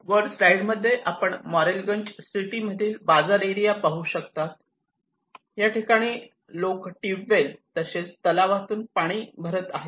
वर स्लाईड मध्ये आपण मॉरेलगंज सिटी मधील बाजार एरिया पाहू शकतात या ठिकाणी लोक ट्यूब वेल तसेच तलावातून पाणी भरत आहेत